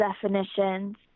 definitions